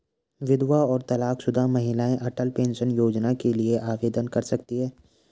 विधवा और तलाकशुदा महिलाएं अटल पेंशन योजना के लिए आवेदन कर सकती हैं